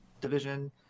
division